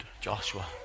Joshua